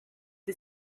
the